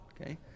okay